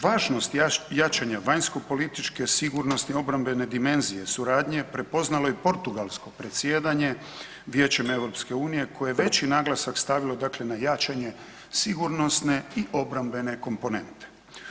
Važnost jačanja vanjsko-političke, sigurnosne, obrambene dimenzije suradnje prepoznalo je portugalsko predsjedanje Vijećem EU-a koje je veći naglasak stavljen dakle na jačanje sigurnosne i obrambene komponente.